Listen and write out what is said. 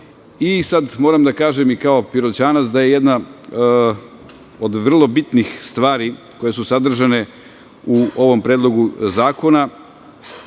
i sad moram da kažem i kao Piroćanac, da je jedna od vrlo bitnih stvari koje su sadržane u ovom predlogu zakona,